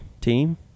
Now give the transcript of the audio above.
team